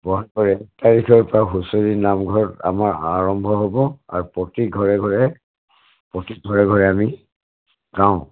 ব'হাগৰ এক তাৰিখৰ পৰা হুঁচৰি নামঘৰত আমাৰ আৰম্ভ হ'ব আৰু প্ৰতি ঘৰে ঘৰে প্ৰতি ঘৰে ঘৰে আমি গাওঁ